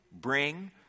bring